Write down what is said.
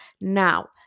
now